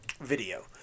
video